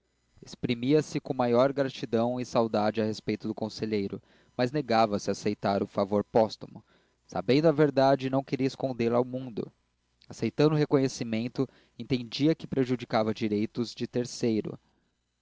menina exprimia-se com a maior gratidão e saudade a respeito do conselheiro mas negava se a aceitar o favor póstumo sabendo a verdade não queria escondê la ao mundo aceitando o reconhecimento entendia que prejudicava direitos de terceiro